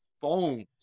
phones